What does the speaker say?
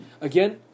Again